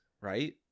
Right